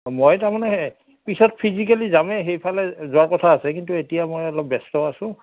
অঁ মই তাৰ মানে পিছত ফিজিকেলি যামেই সেইফালে যোৱাৰ কথা আছে কিন্তু এতিয়া মই অলপ ব্যস্ত আছোঁ